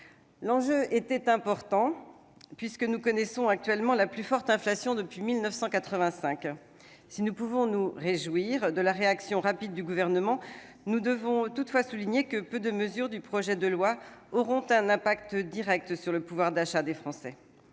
L'enjeu était primordial, puisque nous connaissons actuellement la plus forte inflation depuis 1985. Si nous pouvons nous réjouir de la réaction rapide du Gouvernement, nous devons toutefois souligner que peu de mesures figurant dans ce projet de loi auront des incidences directes sur le pouvoir d'achat des Français.